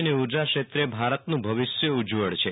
અને ઉર્જાક્ષેત્રે ભારતનું ભવિષ્ય ઉજ્જવળ છે